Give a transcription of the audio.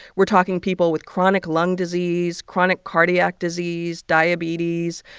we're talking people with chronic lung disease, chronic cardiac disease, diabetes,